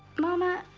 mama,